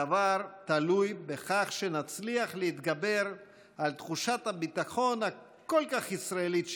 הדבר תלוי בכך שנצליח להתגבר על תחושת הביטחון הכל-כך ישראלית שלנו,